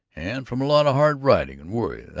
and from a lot of hard riding and worry.